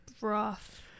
rough